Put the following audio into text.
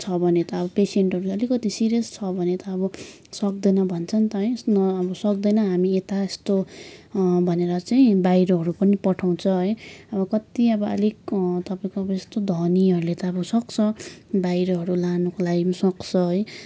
छ भने त अब पेसेन्टहरू अलिकति सिरियस छ भने त अब सक्दैन भन्छ नि त है न अब सक्दैन हामी यता यस्तो भनेर चाहिँ बाहिरहरू पनि पठाउँछ है अब कति अब अलिक तपाईँको यस्तो धनीहरूले त अब सक्छ बाहिरहरू लानको लागि पनि सक्छ है